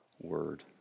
word